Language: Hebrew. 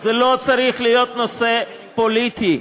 זה לא צריך להיות נושא פוליטי.